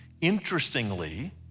Interestingly